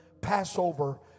Passover